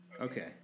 Okay